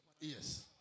Yes